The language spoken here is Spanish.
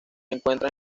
encuentra